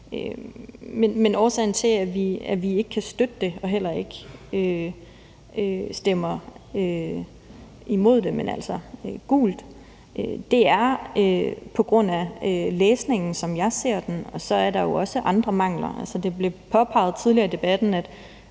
Men årsagen til, at vi ikke kan støtte det og heller ikke stemmer imod det, men altså gult, er læsningen, som jeg ser den, og så er der jo også andre mangler. Altså, det blev påpeget tidligere i debatten, at